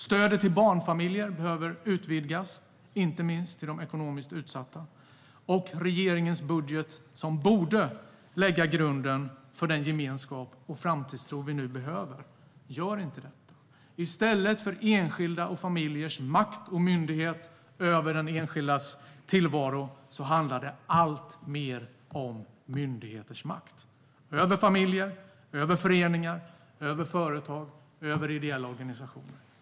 Stödet till barnfamiljer behöver utvidgas, inte minst till de ekonomiskt utsatta. Och regeringens budget som borde lägga grunden för den gemenskap och framtidstro som vi nu behöver gör inte det. I stället för enskildas och familjers makt och myndighet över den egna tillvaron handlar det alltmer om myndigheters makt över familjer, föreningar, företag och ideella organisationer.